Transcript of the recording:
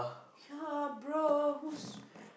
ya bro who's